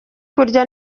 kurya